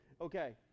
Okay